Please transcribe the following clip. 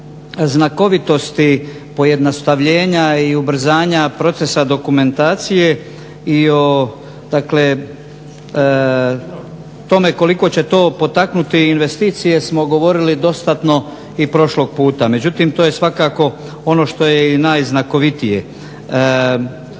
o znakovitosti pojednostavljenja i ubrzanja procesa dokumentacije i o, dakle tome koliko će to potaknuti investicije smo govorili dostatno i prošlog puta. Međutim, to je svakako ono što je i najznakovitije.